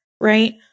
right